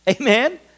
Amen